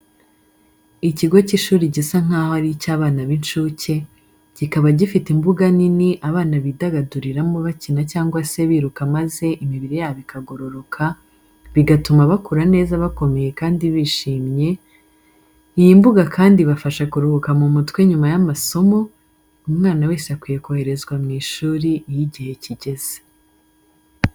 Ikigo cy'ishuri gisa nkaho ari icy'abana bato b'incuke, kikaba gifite imbuga nini abana bidagaduriramo bakina cyangwa se biruka maze imibiri yabo ikagororoka, bigatuma bakura neza bakomeye kandi bishimye, iyi mbuga kandi ibafasha kuruhuka m'umutwe nyuma y'amasomo, umwana wese akwiye koherezwa mu ishuri iyo igihe kigeze.